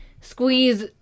squeeze